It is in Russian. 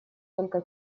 только